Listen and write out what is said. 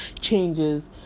changes